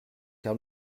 car